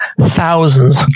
thousands